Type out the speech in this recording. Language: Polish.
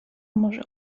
może